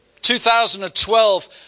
2012